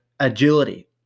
Agility